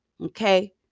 Okay